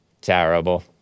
Terrible